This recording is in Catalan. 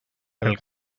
pel